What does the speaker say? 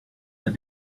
that